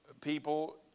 people